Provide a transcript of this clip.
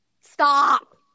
stop